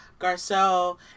Garcelle